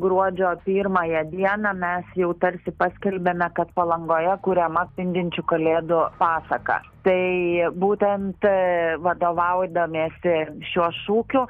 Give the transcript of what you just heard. gruodžio pirmąją dieną mes jau tarsi paskelbėme kad palangoje kuriama spindinčių kalėdų pasaka tai būtent vadovaudamiesi šiuo šūkiu